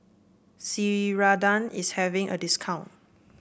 Ceradan is having a discount